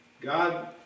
God